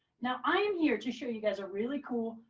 now i am here to show you guys a really cool,